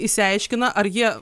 išsiaiškina ar jie